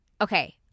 Okay